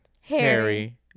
Harry